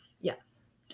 yes